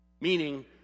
Meaning